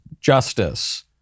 justice